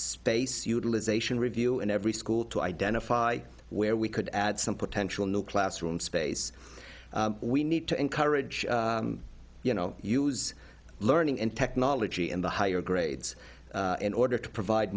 space utilization review in every school to identify where we could add some potential new classroom space we need to encourage you know use learning in technology and the higher grades in order to provide